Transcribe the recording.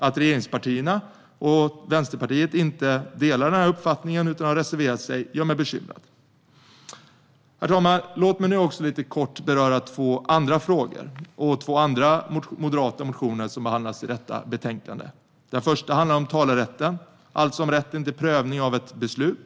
Att regeringspartierna och Vänsterpartiet inte delar denna uppfattning utan har reserverat sig gör mig bekymrad. Herr talman! Låt mig nu lite kort beröra två andra frågor och två andra moderata motioner som behandlas i detta betänkande. Den första frågan handlar om talerätten, alltså rätten till rättslig prövning av ett beslut.